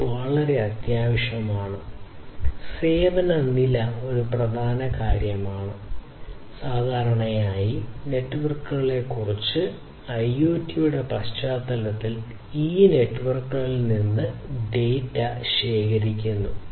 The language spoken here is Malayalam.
ഇത് വളരെ അത്യാവശ്യമാണ് സേവന നില ഒരു പ്രധാന കാര്യമാണ് സാധാരണയായി നെറ്റ്വർക്കുകളെക്കുറിച്ച് IoT യുടെ പശ്ചാത്തലത്തിൽ ഈ നെറ്റ്വർക്കുകളിൽ നിന്ന് ഡാറ്റ ശേഖരിക്കുന്നു